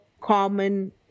common